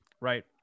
right